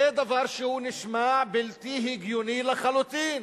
זה דבר שנשמע בלתי הגיוני לחלוטין,